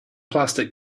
plastic